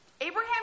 Abraham